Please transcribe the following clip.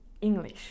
English